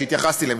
שהתייחסתי אליהן,